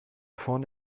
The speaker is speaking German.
vorne